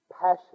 passion